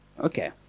Okay